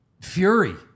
Fury